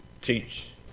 teach